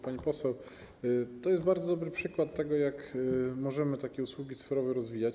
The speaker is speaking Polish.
Pani poseł, to jest bardzo dobry przykład tego, jak możemy takie usługi cyfrowe rozwijać.